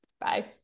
bye